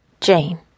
Jane